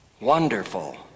Wonderful